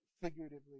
figuratively